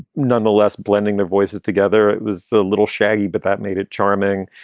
nonetheless blending the voices together. it was a little shaggy, but that made it charming.